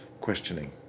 questioning